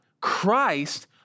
Christ